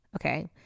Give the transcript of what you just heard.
okay